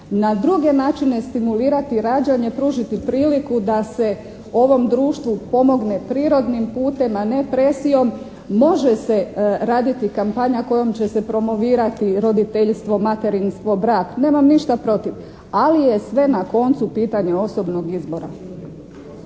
na druge načine stimulirati rađanje, pružiti priliku da se ovom društvu pomogne prirodnim putem, a ne presijom. Može se raditi kampanja kojom će se promovirati roditeljstvo, materinstvo, brak, nemam ništa protiv, ali je sve na koncu pitanje osobnog izbora.